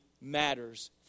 matters